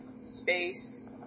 space